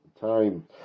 time